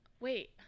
wait